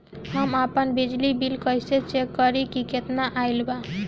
हम आपन बिजली बिल कइसे चेक करि की केतना आइल बा?